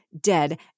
dead